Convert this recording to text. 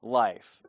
life